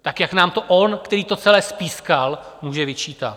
Tak jak nám to on, který to celé spískal, může vyčítat?